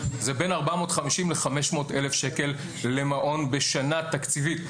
זה בין 450,000 ל-500,000 שקל למעון בשנה תקציבית.